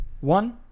One